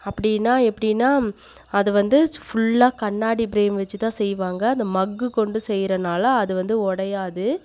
அப்படின்னா எப்படின்னா அது வந்து ஃபுல்லா கண்ணாடி பிரேம் வச்சி தான் செய்வாங்க அந்த மக்கு கொண்டு செய்யிறதால அது வந்து உடையாது